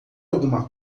alguma